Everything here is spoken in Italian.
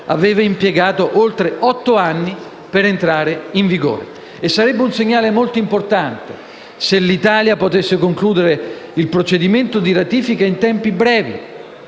aveva impiegato oltre otto anni per entrare in vigore. Sarebbe un segnale molto importante se l'Italia potesse concludere il procedimento di ratifica in tempi brevi